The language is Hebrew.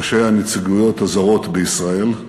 ראשי הנציגויות הזרות בישראל,